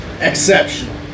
Exceptional